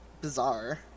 Bizarre